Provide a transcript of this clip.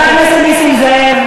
חבר הכנסת נסים זאב.